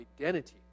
identity